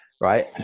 Right